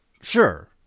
Sure